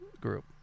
group